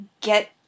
get